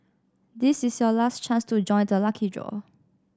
this is your last chance to join the lucky draw